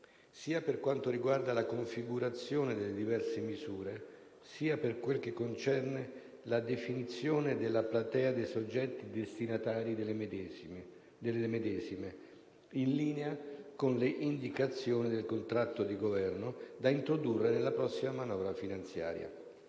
per quanto riguarda sia la configurazione delle diverse misure, sia la definizione della platea dei soggetti destinatari delle medesime, in linea con le indicazioni del contratto di Governo, da introdurre nella prossima manovra finanziaria.